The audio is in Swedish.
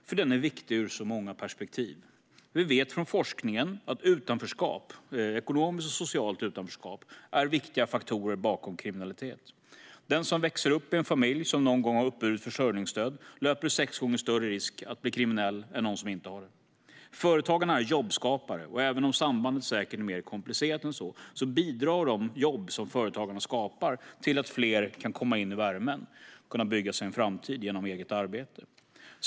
Denna gärning är viktig ur så många olika perspektiv. Vi vet från forskningen att utanförskap - ekonomiskt och socialt - är en viktig faktor i fråga om kriminalitet. Den som växer upp i en familj som någon gång har uppburit försörjningsstöd löper sex gånger större risk att bli kriminell än någon som inte gör det. Företagarna är jobbskapare. Även om sambandet säkert är mer komplicerat än så bidrar de jobb som företagarna skapar till att fler kan komma in i värmen och kan bygga sig en framtid genom eget arbete.